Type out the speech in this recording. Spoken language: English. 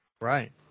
Right